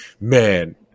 Man